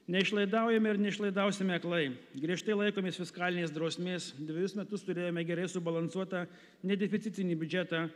neišlaidaujame ar neišlaidausime aklai griežtai laikomės fiskalinės drausmės dvejus metus turėjome gerai subalansuotą nedeficitinį biudžetą